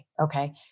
Okay